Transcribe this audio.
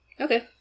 Okay